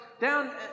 down